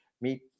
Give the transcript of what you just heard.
meet